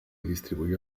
distribuyó